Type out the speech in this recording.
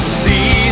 see